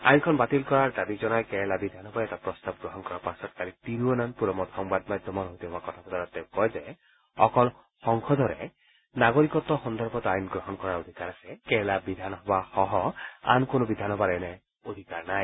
আইনখন বাতিল কৰাৰ দাবী জনাই কেৰালা বিধানসভাই এটা প্ৰস্তাৱ গ্ৰহণ কৰাৰ পাছত কালি তিৰুৱনন্তপুৰমত সংবাদ মাধ্যমৰ সৈতে হোৱা কথা বতৰাত তেওঁ কয় যে অকল সংসদৰহে নাগৰিকত্ব সন্দৰ্ভত আইন গ্ৰহণ কৰাৰ অধিকাৰ আছে কেৰালা বিধানসভাসহ আন কোনো বিধানসভাৰ এনে অধিকাৰ নাই